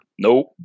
Nope